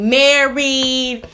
married